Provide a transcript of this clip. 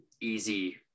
easy